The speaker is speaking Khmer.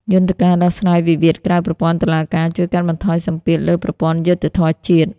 យន្តការដោះស្រាយវិវាទក្រៅប្រព័ន្ធតុលាការ ជួយកាត់បន្ថយសម្ពាធលើប្រព័ន្ធយុត្តិធម៌ជាតិ។